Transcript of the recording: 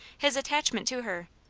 his attachment to her,